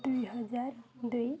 ଦୁଇହଜାର ଦୁଇ